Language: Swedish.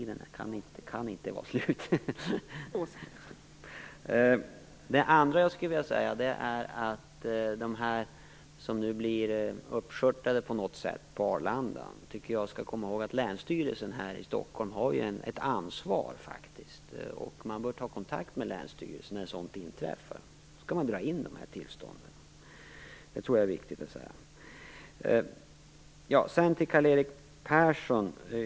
De människor som på ett eller annat sätt blir uppskörtade på Arlanda tycker jag skall komma ihåg att länsstyrelsen här i Stockholm faktiskt har ett ansvar, och de bör ta kontakt med länsstyrelsen när sådant inträffar. Då skall dessa tillstånd dras in. Det tror jag är viktigt att säga.